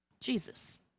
Jesus